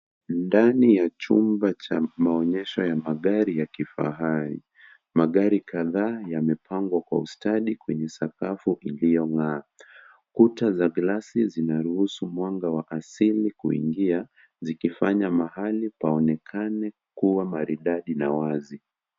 Ndani ya chumba cha maoenyesho ya gari za kifahari magari kadhaa yamepangwa kwa usitadi kwenye sakafu iliyo ngara ,kuta za glasi zinaruhusu mwanga wa asili kuingia zikifanya mahali kuonekana kuwa maridadi na wazi.